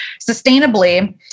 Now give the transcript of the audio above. sustainably